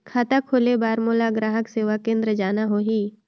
खाता खोले बार मोला ग्राहक सेवा केंद्र जाना होही?